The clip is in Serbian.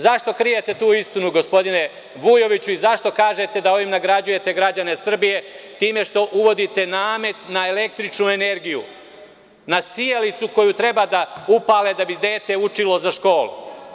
Zašto krijete tu istinu, gospodine Vujoviću, i zašto kažete da ovim nagrađujete građane Republike Srbije time što uvodite namet na električnu energiju, na sijalicu koju treba da upale da bi dete učilo za školu?